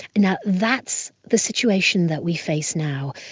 now that's the situation that we face now.